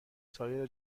سایر